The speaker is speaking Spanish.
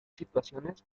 situaciones